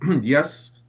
yes